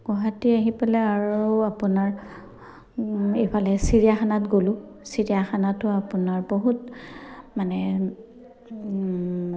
গুৱাহাটী আহি পেলাই আৰু আপোনাৰ এইফালে চিৰিয়াখানাত গ'লোঁ চিৰিয়াখানাতো আপোনাৰ বহুত মানে